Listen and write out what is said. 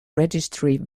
registry